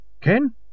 Ken